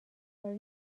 were